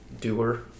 doer